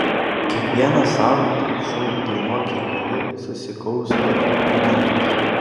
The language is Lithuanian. kiekvieną savaitę šou dainuok jei gali susikaus po dvi komandas